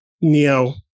Neo